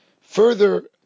further